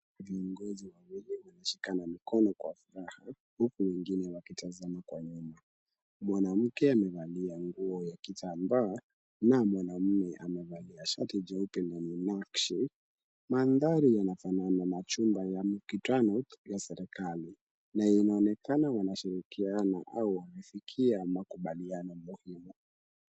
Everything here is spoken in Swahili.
Viongozi wawili wanashikana mikono kwa furaha huku wengine wakitazama kwa nyuma. Mwanamke amevalia nguo ya kitambaa na mwanaume amevalia shati jeupe lenye makshi. Mandhari yanafanana na machumba ya mikutano ya serikali na inaonekana wameshirikiana au wamefikia makubaliano muhimu.